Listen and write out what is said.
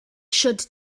should